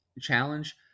challenge